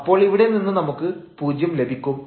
അപ്പോൾ ഇവിടെ നിന്ന് നമുക്ക് പൂജ്യം ലഭിക്കും